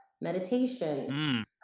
meditation